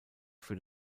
für